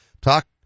talk